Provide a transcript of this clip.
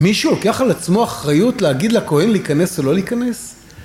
מישהו לוקח על עצמו אחריות להגיד לכהן להיכנס או לא להיכנס?